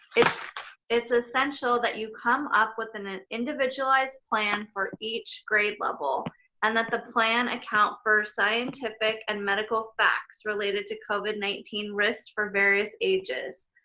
it's it's essential that you come up with an individualized plan for each grade level and that the plan account for scientific and medical facts related to covid nineteen risks for various ages.